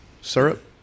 Syrup